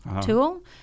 Tool